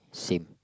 same